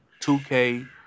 2K